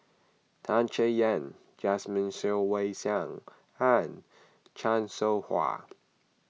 Tan Chay Yan Jasmine Ser Xiang Wei and Chan Soh Ha